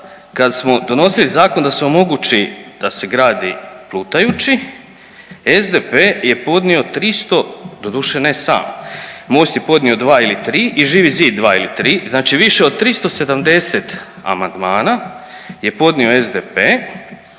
kada smo donosili zakon da se omogući da se gradi plutajući SDP-e je podnio 300, doduše ne sam, Most je podnio 2 ili 3 i Živi zid 2 ili 3, znači više od 370 amandmana je podnio SDP-e